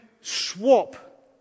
swap